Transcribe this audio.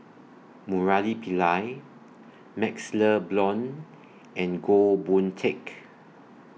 Murali Pillai MaxLe Blond and Goh Boon Teck